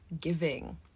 giving